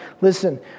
Listen